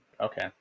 Okay